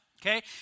Okay